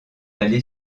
allée